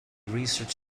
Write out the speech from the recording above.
research